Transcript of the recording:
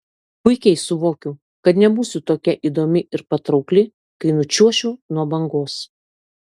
puikiai suvokiu kad nebūsiu tokia įdomi ir patraukli kai nučiuošiu nuo bangos